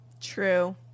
True